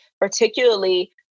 particularly